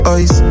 Eyes